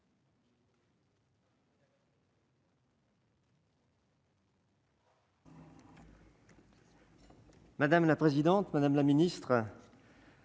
Madame la présidente, monsieur le ministre,